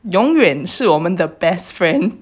永远是我们的 best friend